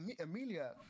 Amelia